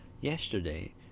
yesterday